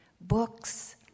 Books